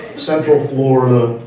central florida,